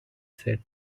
said